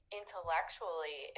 intellectually